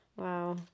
Wow